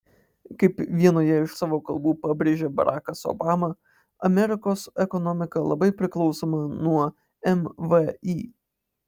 kaip vienoje iš savo kalbų pabrėžė barakas obama amerikos ekonomika labai priklausoma nuo mvį